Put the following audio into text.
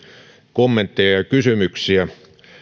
kommentteja ja kysymyksiä